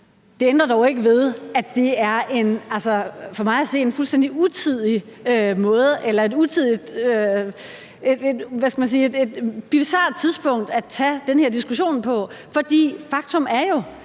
Det ændrer dog ikke ved, at det er et for mig at se fuldstændig bizart tidspunkt at tage den her diskussion på, for faktum er jo,